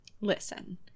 listen